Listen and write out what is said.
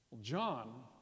John